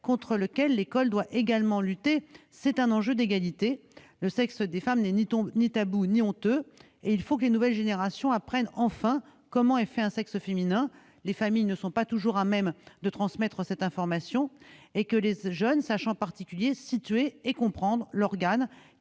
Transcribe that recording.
contre lequel l'école doit lutter : c'est un enjeu d'égalité. Le sexe de la femme n'est ni tabou ni honteux. Il faut que les nouvelles générations apprennent, enfin, comment est fait un sexe féminin- les familles ne sont pas toujours à même de transmettre cette information -, en particulier qu'elles sachent situer et comprendre l'organe